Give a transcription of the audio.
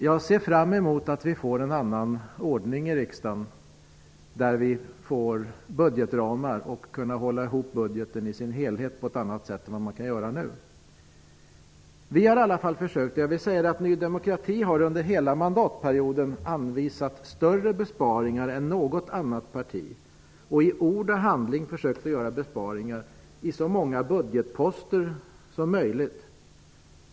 Jag ser fram emot att vi skall få en annan ordning i riksdagen med budgetramar. Då kan vi se till budgeten i dess helhet på ett annat sätt än vad vi kan göra nu. Ny demokrati har under hela mandatperioden anvisat större besparingar än något annat parti. I ord och handling har vi försökt göra besparingar på så många budgetposter som möjligt.